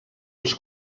els